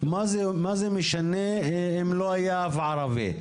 מה זה משנה אם לא היה בה ערבי?